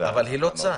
אבל היא לא צד.